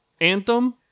anthem